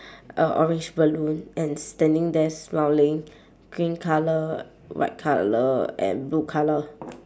a orange balloon and standing there smiling green colour white colour and blue colour